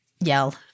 yell